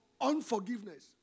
unforgiveness